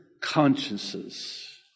consciences